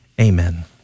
amen